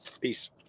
Peace